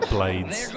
Blades